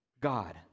God